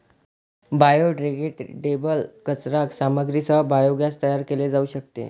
biodegradable कचरा सामग्रीसह biogas तयार केले जाऊ शकते